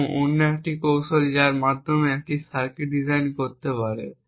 এবং অন্যটি এমন একটি কৌশল যার মাধ্যমে আমরা একটি সার্কিট ডিজাইন করতে পারি